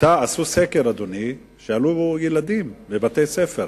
עשו סקר ושאלו ילדים בבתי-הספר,